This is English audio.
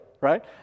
right